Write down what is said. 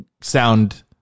sound